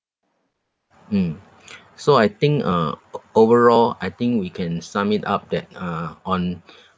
mm so I think uh o~ overall I think we can sum it up that uh on